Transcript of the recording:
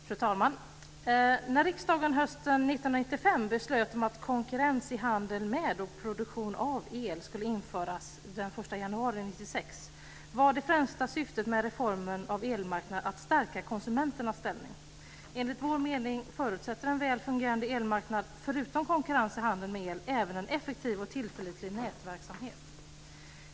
Fru talman! När riksdagen hösten 1995 beslöt om att konkurrens i handel med och produktion av el skulle införas den 1 januari 1996 var det främsta syftet med reformeringen av elmarknaden att stärka konsumenternas ställning. Enligt vår mening förutsätter en väl fungerande elmarknad, förutom konkurrens i handeln med el, även en effektiv och tillförlitlig nätverksamhet.